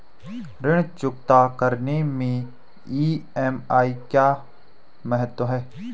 ऋण चुकता करने मैं ई.एम.आई का क्या महत्व है?